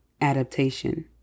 adaptation